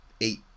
eight